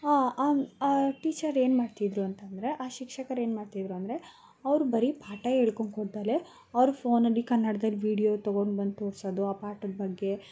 ಆ ಟೀಚರ್ ಏನುಮಾಡ್ತಿದ್ರು ಅಂತಂದರೆ ಆ ಶಿಕ್ಷಕರು ಏನುಮಾಡ್ತಿದ್ರು ಅಂದರೆ ಅವ್ರ್ ಬರೀ ಪಾಠ ಹೇಳ್ಕೊಂಕೊಡ್ದಲೆ ಅವ್ರು ಫೋನಲ್ಲಿ ಕನ್ನಡ್ದಲ್ಲಿ ವೀಡಿಯೋ ತೊಗೊಂಡ್ಬಂದು ತೋರ್ಸೋದು ಆ ಪಾಠದ ಬಗ್ಗೆ